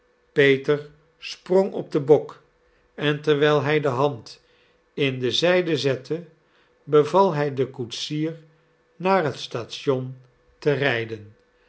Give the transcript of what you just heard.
peter sprong op den bok en terwijl hij de hand in de zijde zette beval hij den koetsier naar het station te rijden